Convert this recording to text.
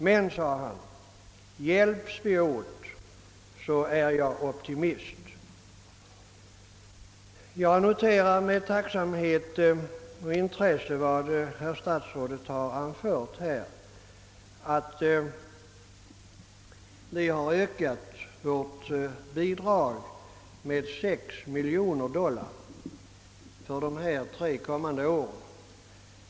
»Men», fortsatte han, »hjälps vi åt så är jag optimist.» Jag noterar med intresse och tacksamhet vad statsrådet här har anfört, nämligen att Sverige har ökat sitt bidrag till 6 miljoner dollar för de tre kommande åren.